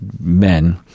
men